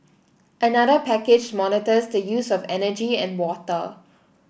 another package monitors the use of energy and water